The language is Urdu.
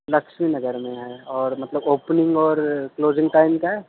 لکشمی نگر میں ہیں اور مطلب اوپننگ اور کلوزنگ ٹائم کیا ہے